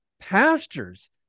pastors